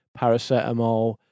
paracetamol